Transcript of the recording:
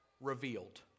revealed